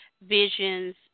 visions